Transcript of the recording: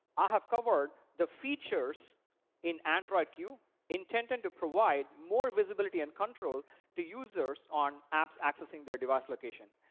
i have covered the features in android q intended to provide more visibility and control to users on apps accessing their device location.